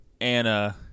Anna